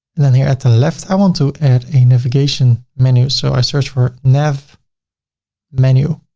and then here at the left, i want to add a navigation menu. so i search for nav menu.